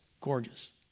gorgeous